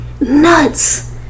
nuts